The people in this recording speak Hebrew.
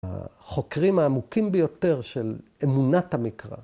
‫החוקרים העמוקים ביותר ‫של אמונת המקרא.